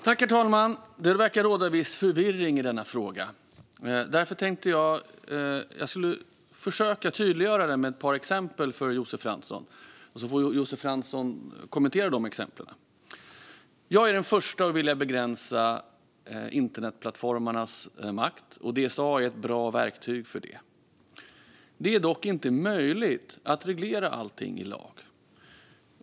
Herr talman! Det verkar råda viss förvirring i denna fråga. Därför tänkte jag försöka tydliggöra den för Josef Fransson med ett par exempel, och så får Josef Fransson kommentera dem. Jag är den förste att vilja begränsa internetplattformarnas makt, och DSA är ett bra verktyg för detta. Det är dock inte möjligt att reglera allting i lag.